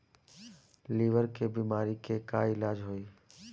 Liver के बीमारी के का इलाज होई?